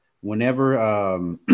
whenever